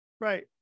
Right